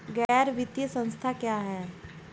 गैर वित्तीय संस्था क्या है?